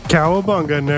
Cowabunga